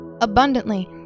abundantly